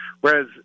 Whereas